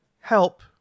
help